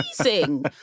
amazing